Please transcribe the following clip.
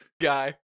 guy